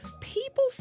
people